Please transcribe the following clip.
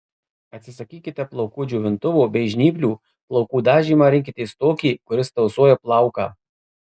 atsisakykite plaukų džiovintuvo bei žnyplių plaukų dažymą rinkitės tokį kuris tausoja plauką